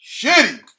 Shitty